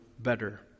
better